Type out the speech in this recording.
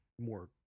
more